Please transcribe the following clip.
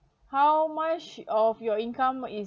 how much of your income is